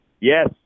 Yes